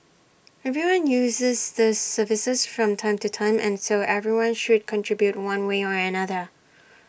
everyone uses these services from time to time and so everyone should contribute one way or another